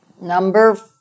Number